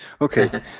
Okay